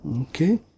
okay